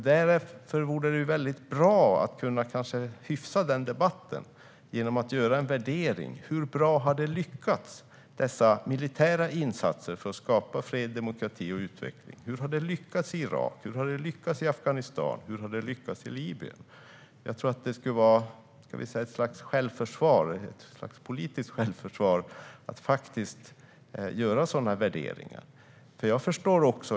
Därför vore det bra att kunna hyfsa debatten genom att göra en värdering av hur bra dessa militära insatser för att skapa fred, demokrati och utveckling har lyckats i Irak, Afghanistan och Libyen. Jag tror att det skulle vara ett slags politiskt självförsvar att göra sådana värderingar.